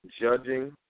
judging